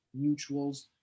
mutuals